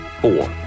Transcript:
Four